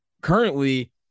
currently